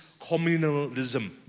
communalism